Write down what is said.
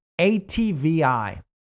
ATVI